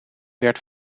werd